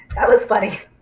was funny.